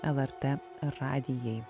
lrt radijai